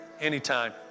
anytime